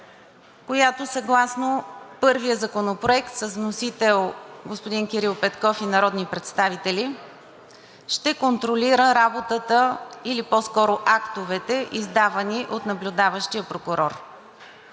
която съгласно първия законопроект, с вносител господин Кирил Петков и народни представители, ще контролира работата или по-скоро актовете, издавани от наблюдаващия прокурор.